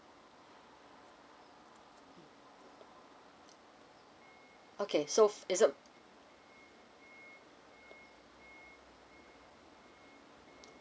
okay so is it